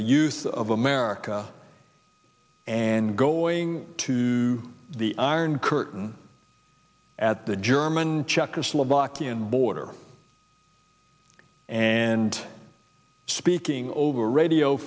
youth of america and going to the iron curtain at the german czechoslovakia and border and speaking over radio